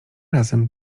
razem